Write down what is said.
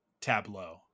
tableau